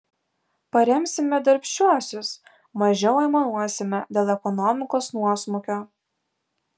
paremsime darbščiuosius mažiau aimanuosime dėl ekonomikos nuosmukio